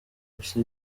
gusa